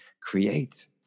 create